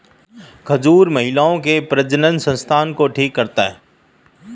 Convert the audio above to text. खजूर महिलाओं के प्रजननसंस्थान को ठीक करता है